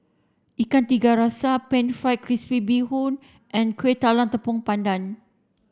Ikan Tiga Rasa pan fried crispy bee hoon and Kueh Talam Tepong Pandan